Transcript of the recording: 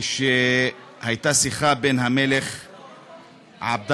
ושהייתה שיחה בין המלך עבדאללה,